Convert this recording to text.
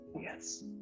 Yes